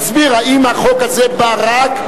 תסביר, האם החוק הזה בא רק,